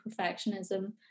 perfectionism